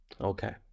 Okay